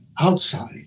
outside